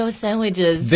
sandwiches